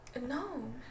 No